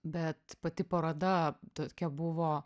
bet pati paroda tokia buvo